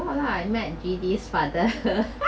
ya lah I met G_D's father